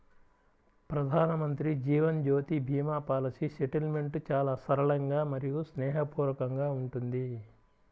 ప్రధానమంత్రి జీవన్ జ్యోతి భీమా policy settlement చాలా సరళంగా మరియు స్నేహపూర్వకంగా ఉంటుంది